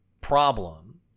problem